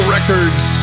Records